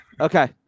Okay